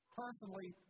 personally